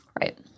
Right